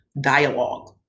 dialogue